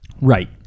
Right